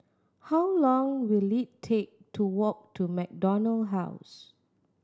how long will it take to walk to MacDonald House